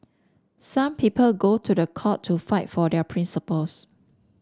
some people go to the court to fight for their principles